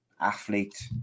athlete